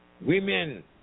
women